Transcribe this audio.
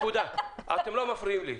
אתם לא מפריעים לי.